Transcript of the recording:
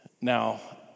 Now